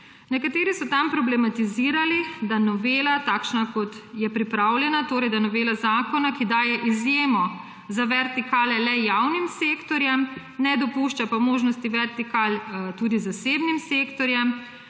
Nekateri so tam problematizirali, da bo novela, takšna, kot je pripravljena, torej ki daje izjemo za vertikale le javnim sektorjem, ne dopušča pa možnosti vertikal tudi zasebnim sektorjem,